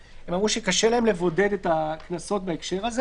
הם אמרו שקשה להם לבודד את הקנסות בהקשר הזה